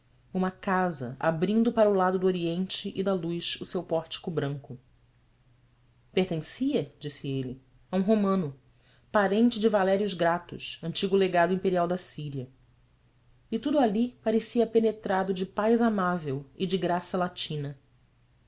uma casa abrindo para o lado do oriente e da luz o seu pórtico branco pertencia disse ele a um romano parente de valério grato antigo legado imperial da síria e tudo ali parecia penetrado de paz amável e de graça latina